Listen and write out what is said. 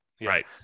Right